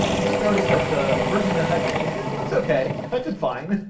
you might notice that the version that i made looks okay, i did fine.